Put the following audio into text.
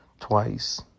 twice